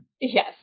Yes